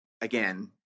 again